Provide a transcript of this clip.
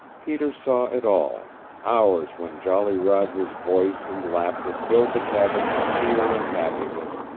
peter saw it all hours when jolly roger's voice and laughter filled the cabin with cheer and happiness,